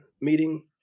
meeting